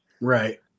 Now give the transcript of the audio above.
Right